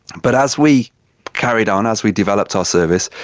but as we carried on, as we developed our service,